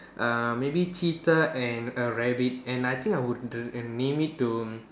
err maybe cheetah and a rabbit and I think I would name it to